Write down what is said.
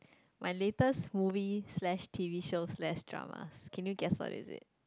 my latest movie slash t_v shows slash drama can you guess what is it